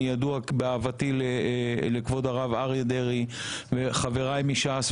ידוע באהבתי לכבוד הרב אריה דרעי וחבריי מש"ס,